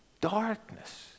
darkness